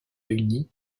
uni